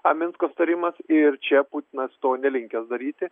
a minsko sutarimas ir čia putinas to nelinkęs daryti